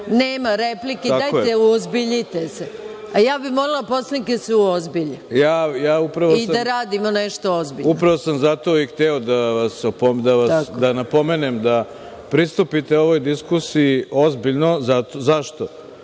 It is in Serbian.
Nema replike, dajte uozbiljite se. Ja bih molila poslanike da se uozbilje i da radimo nešto ozbiljno. **Ivica Dačić** Upravo sam zato i hteo da napomenem da pristupite ovoj diskusiji ozbiljno. Zašto?